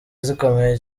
zikomeye